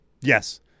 Yes